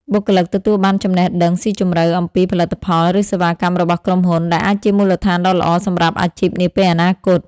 បុគ្គលិកទទួលបានចំណេះដឹងស៊ីជម្រៅអំពីផលិតផល ឬសេវាកម្មរបស់ក្រុមហ៊ុន ដែលអាចជាមូលដ្ឋានដ៏ល្អសម្រាប់អាជីពនាពេលអនាគត។